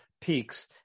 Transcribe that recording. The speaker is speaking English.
peaks